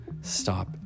stop